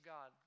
God